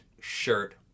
shirt